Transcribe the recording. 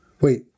Wait